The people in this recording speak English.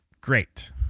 Great